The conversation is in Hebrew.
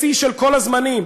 בשיא של כל הזמנים,